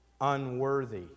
Unworthy